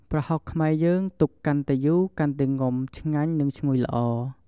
ប្រហុកខ្មែរយើង ទុកកាន់តែយូរ កាន់តែងំ ឆ្ងាញ់ និងឈ្ងុយល្អ។